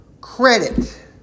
credit